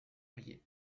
riez